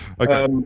Okay